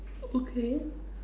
okay